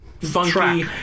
funky